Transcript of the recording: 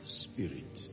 spirit